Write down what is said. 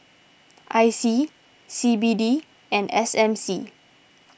I C C B D and S M C